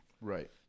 Right